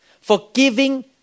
forgiving